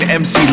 mc